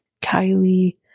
Kylie